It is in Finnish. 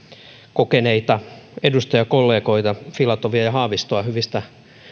kokeneita edustajakollegoita filatovia ja haavistoa hyvistä